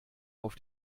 auf